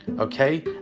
okay